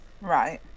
right